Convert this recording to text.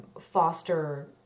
foster